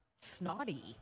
snotty